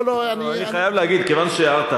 לא, לא, אני, אני חייב להגיד, כיוון שהערת.